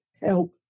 help